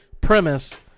premise